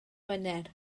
wener